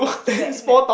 that that